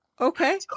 Okay